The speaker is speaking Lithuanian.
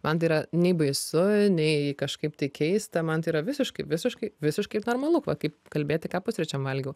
man tai yra nei baisu nei kažkaip tai keista man tai yra visiškai visiškai visiškai normalu va kaip kalbėti ką pusryčiam valgiau